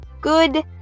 good